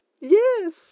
Yes